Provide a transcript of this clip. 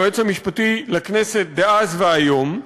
היועץ המשפטי לכנסת דאז והיום.